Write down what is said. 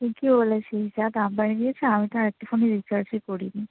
ঠিকই বলেছিস যা দাম বাড়িয়ে দিয়েছে আমি তো আরেকটা ফোনে রিচার্জই করি নি